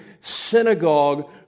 synagogue